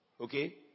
Okay